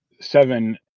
seven